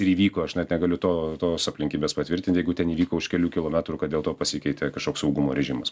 ir įvyko aš net negaliu to tos aplinkybės patvirtint jeigu ten įvyko už kelių kilometrų kad dėl to pasikeitė kažkoks saugumo režimas